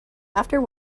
after